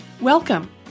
Welcome